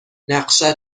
نقشت